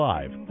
Live